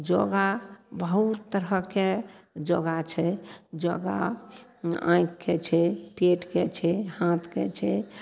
योगा बहुत तरहके योगा छै योगा आँखिके छै पेटके छै हाथके छै